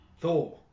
thor